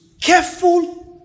careful